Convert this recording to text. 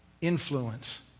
influence